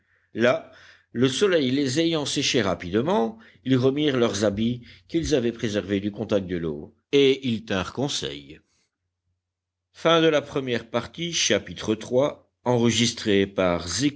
là le soleil les ayant séchés rapidement ils remirent leurs habits qu'ils avaient préservés du contact de l'eau et ils tinrent conseil